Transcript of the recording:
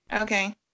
Okay